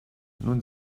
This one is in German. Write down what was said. nun